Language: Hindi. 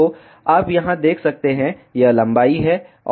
तो आप यहां देख सकते हैं यह लंबाई है और यह चौड़ाई है